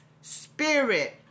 spirit